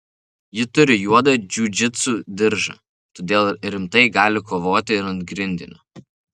ji turi juodą džiudžitsu diržą todėl rimtai gali kovoti ir ant grindinio